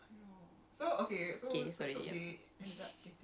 macam dah stop it sia like